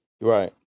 Right